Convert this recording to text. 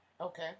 Okay